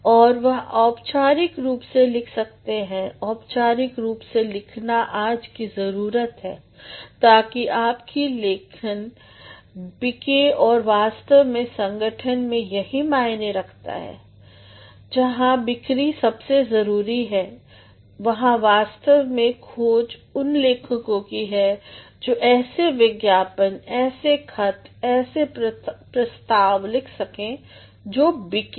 और वह औपचारिक रूप से लिख सकते हैं औपचारिक रूप से लिखना आज की जरुरत है ताकि आपकी लेखन बिके और वास्तव में संगठन में यही मायने रखता है जहाँ बिक्री सबसे जरुरी है वहां वास्तव में खोज उन लेखकों की है जो ऐसे विज्ञापन ऐसे खत ऐसे प्रस्ताव लिख सकें जो बिके